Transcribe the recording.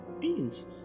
beans